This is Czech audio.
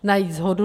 Najít shodu.